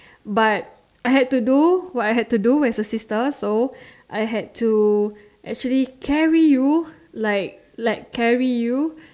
but I had to do what I had to do as a sister so I had to actually carry you like like carry you